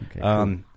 Okay